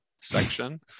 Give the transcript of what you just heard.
section